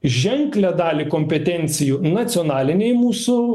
ženklią dalį kompetencijų nacionalinei mūsų